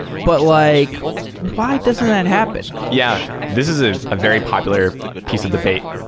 but like why doesn't that happen? yeah. this is a ah very popular piece of debate,